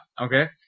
Okay